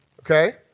okay